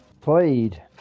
Played